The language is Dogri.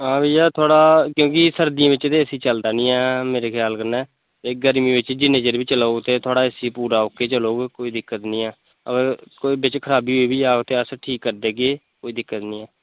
आं भेइया थोड़ा क्योंकी सर्दियें बेच ते ए सी चलदा निं ऐ मेरे ख्याल कन्नै एह् गर्मियें बेच जिन्ना देर बी चलोग ते थोआड़ा ए सी पूरा ओ के चलोग कोई दिक्कत निं ऐ अगर कोई बेच खराबी होई बी जा ते अस बेच ठीक करी देगे कोई दिक्कत निं ऐ